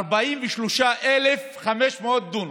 43,500 דונם.